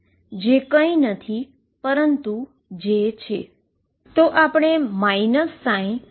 જે કઈ નથી પરંતુ j છે